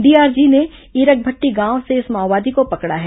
DRG ने ईरकभट्टी गांव से इस माओवादी को पकड़ा है